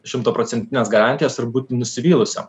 šimtaprocentinės garantijos ir būti nusivylusiam